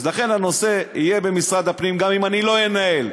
אז לכן הנושא יהיה במשרד הפנים גם אם אני לא אנהל.